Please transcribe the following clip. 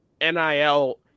NIL